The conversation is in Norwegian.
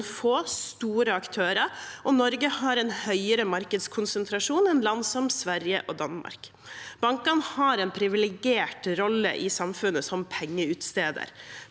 få, store aktører, og Norge har en høyere markedskonsentrasjon enn land som Sverige og Danmark. Bankene har en privilegert rolle som pengeutsteder